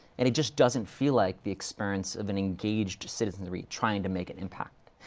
and it just doesn't feel like the experience of an engaged citizenry trying to make an impact.